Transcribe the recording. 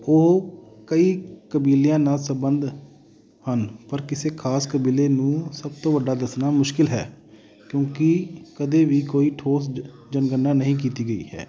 ਉਹ ਕਈ ਕਬੀਲਿਆਂ ਨਾਲ ਸਬੰਧ ਹਨ ਪਰ ਕਿਸੇ ਖ਼ਾਸ ਕਬੀਲੇ ਨੂੰ ਸਭ ਤੋਂ ਵੱਡਾ ਦੱਸਣਾ ਮੁਸ਼ਕਿਲ ਹੈ ਕਿਉਂਕਿ ਕਦੇ ਵੀ ਕੋਈ ਠੋਸ ਜਨਗਣਨਾ ਨਹੀਂ ਕੀਤੀ ਗਈ ਹੈ